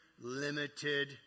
limited